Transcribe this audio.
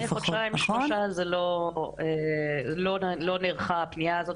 לפני חודשיים-שלושה לא נערכה הפנייה הזאת